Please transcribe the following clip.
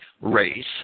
race